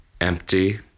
empty